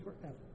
forever